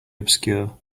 obscure